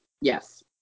Yes